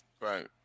Right